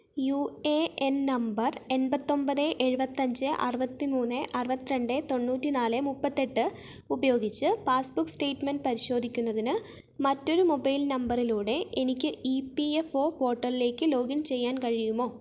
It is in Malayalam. യു എ എൻ നമ്പർ എൺപത്തി ഒമ്പത് എഴുപത്തി അഞ്ച് അറുപത്തി മൂന്ന് അറുപത്തി രണ്ട് തൊണ്ണൂറ്റിനാല് മുപ്പത്തി എട്ട് ഉപയോഗിച്ച് പാസ്ബുക്ക് സ്റ്റേറ്റ്മെൻറ്റ് പരിശോധിക്കുന്നതിന് മറ്റൊരു മൊബൈൽ നമ്പറിലൂടെ എനിക്ക് ഇ പി എഫ് ഒ പോർട്ടലിലേക്ക് ലോഗിൻ ചെയ്യാൻ കഴിയുമോ